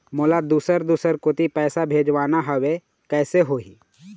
मोला दुसर दूसर कोती पैसा भेजवाना हवे, कइसे होही?